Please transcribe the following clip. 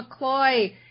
McCloy